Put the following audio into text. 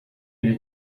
you